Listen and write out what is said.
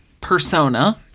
persona